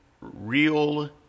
real